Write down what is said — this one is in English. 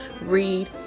read